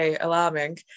alarming